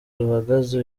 ruhagaze